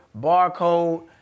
barcode